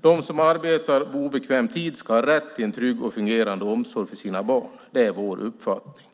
De som arbetar på obekväm tid ska ha rätt till en trygg och fungerande omsorg för sina barn. Det är vår uppfattning.